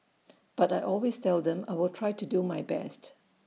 but I always tell them I will try to do my best